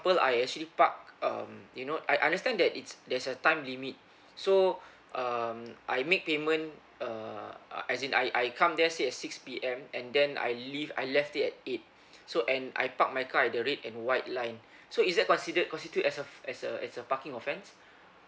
I actually park um you know I understand that it's there's a time limit so um I make payment err uh as in I I come there say at six P_M and then I leave I left it at eight so and I park my car at the red and white line so is that considered constitute as a as a as a parking offence